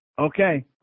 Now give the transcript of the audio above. Okay